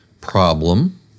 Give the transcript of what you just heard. problem